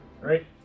Right